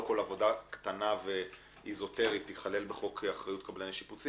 לא כל עבודה קטנה ואזוטרית תיכלל בחוק כאחריות קבלני שיפוצים,